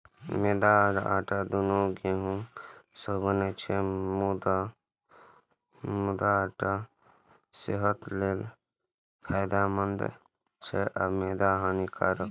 मैदा आ आटा, दुनू गहूम सं बनै छै, मुदा आटा सेहत लेल फायदेमंद छै आ मैदा हानिकारक